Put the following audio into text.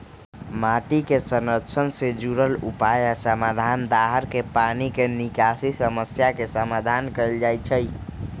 माटी के संरक्षण से जुरल उपाय आ समाधान, दाहर के पानी के निकासी समस्या के समाधान कएल जाइछइ